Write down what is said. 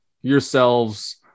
yourselves